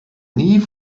nie